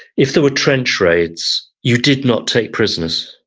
if there were trench raids, you did not take prisoners.